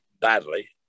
badly